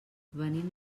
venim